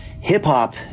Hip-hop